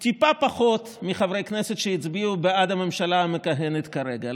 שזה טיפה פחות מחברי הכנסת שהצביעו בעד הממשלה המכהנת כרגע.